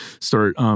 start